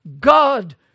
God